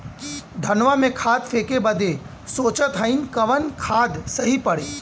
धनवा में खाद फेंके बदे सोचत हैन कवन खाद सही पड़े?